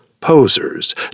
posers